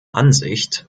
ansicht